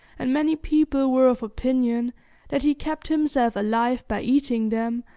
and many people were of opinion that he kept himself alive by eating them,